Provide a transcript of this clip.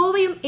ഗോവയും A